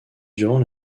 durant